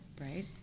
Right